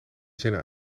zinnen